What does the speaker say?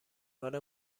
حال